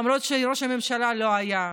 למרות שראש הממשלה לא היה.